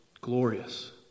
glorious